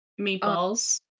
Meatballs